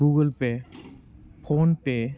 Google Pay PhonePe